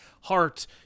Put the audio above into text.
heart